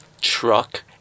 truck